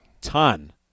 Ton